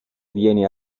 viene